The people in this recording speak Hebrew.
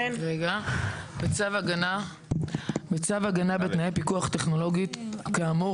(ד)בצו הגנה בתנאי פיקוח טכנולוגי כאמור